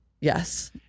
Yes